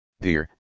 Dear